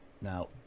now